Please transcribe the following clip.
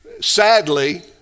sadly